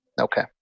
Okay